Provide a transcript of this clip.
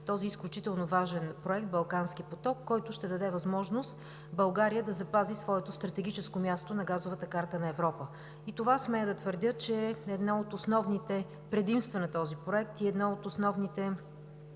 този изключително важен проект – „Балкански поток“, който ще даде възможност България да запази своето стратегическо място на газовата карта на Европа. Това, смея да твърдя, че е едно от основните предимства на този проект и един от основните ефекти